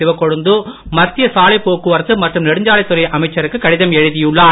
சிவக்கொழுந்து மத்திய சாலைப் போக்குவரத்து மற்றும் நெடுஞ்சாலைத் துறை அமைச்சருக்கு கடிதம் எழுதியுள்ளார்